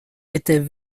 étaient